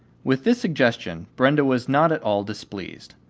with this suggestion brenda was not at all displeased,